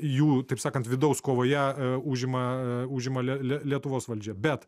jų taip sakant vidaus kovoje užima užima lie lie lietuvos valdžia bet